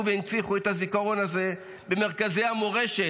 והנציחו את הזיכרון הזה במרכזי המורשת,